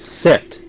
sit